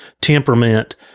temperament